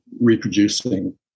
reproducing